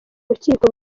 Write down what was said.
rukiko